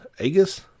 Aegis